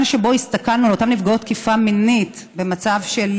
שבו הסתכלנו על נפגעות תקיפה מינית כמישהו במצב של